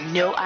no